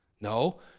No